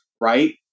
Right